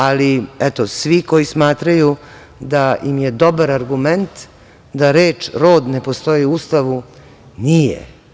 Ali, eto, svi koji smatraju da im je dobar argument, da reč rod ne postoji u Ustavu, nije.